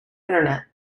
internet